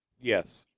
Yes